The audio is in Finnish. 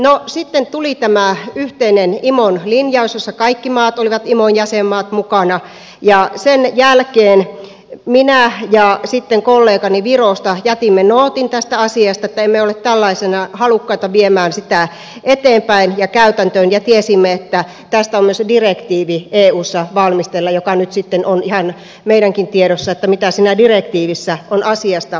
no sitten tuli tämä yhteinen imon linjaus jossa kaikki imon jäsenmaat olivat mukana ja sen jälkeen minä ja sitten kollegani virosta jätimme nootin tästä asiasta että emme ole tällaisena halukkaita viemään sitä eteenpäin ja käytäntöön ja tiesimme että tästä on eussa valmisteilla myös direktiivi joka nyt sitten on ihan meidänkin tiedossamme mitä siinä direktiivissä on asiasta päätetty